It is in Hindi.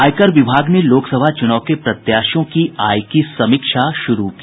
आयकर विभाग ने लोकसभा चुनाव के प्रत्याशियों की आय की समीक्षा शुरू की